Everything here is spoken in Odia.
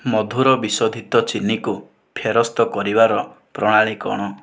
ମଧୁର ବିଶୋଧିତ ଚିନିକୁ ଫେରସ୍ତ କରିବାର ପ୍ରଣାଳୀ କ'ଣ